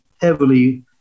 heavily